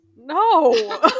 No